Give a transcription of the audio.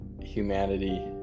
humanity